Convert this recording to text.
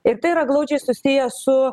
ir tai yra glaudžiai susiję su